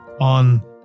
on